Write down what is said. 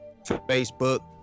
Facebook